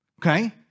okay